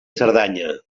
cerdanya